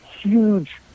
huge